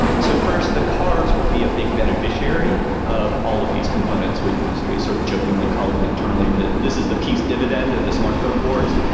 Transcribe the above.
so first, the cars will be a big beneficiary of all of these components. we we sort of jokingly call it internally this is the peace dividend of the smartphone wars,